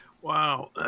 Wow